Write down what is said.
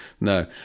no